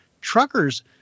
truckers